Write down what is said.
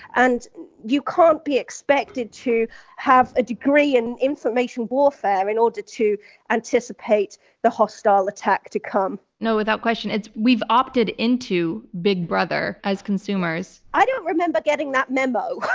and you can't be expected to have a degree in information warfare in order to anticipate the hostile attack to come. no, without question. we've opted into big brother as consumers. i don't remember getting that memo.